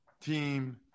team